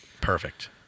Perfect